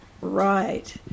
Right